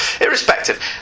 Irrespective